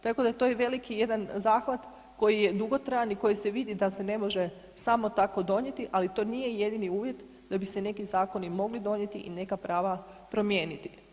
Tako da to je i veliki jedan zahvat koji je dugotrajan i koji se vidi da se ne može samo tako donijeti, ali to nije jedini uvjet da bi se neki zakoni mogli donijeti i neka prava promijeniti.